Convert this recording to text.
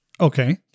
Okay